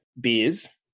beers